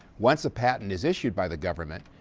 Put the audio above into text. once a patent is issued by the government,